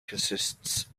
consists